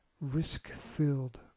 risk-filled